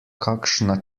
kakšna